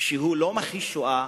שהוא לא מכחיש שואה,